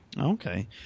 Okay